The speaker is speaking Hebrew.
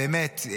באמת,